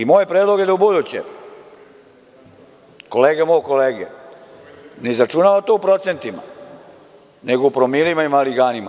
Moj predlog je da ubuduće kolega mog kolege ne izračuna to u procentima nego promilima i marganima.